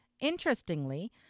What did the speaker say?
Interestingly